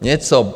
Něco?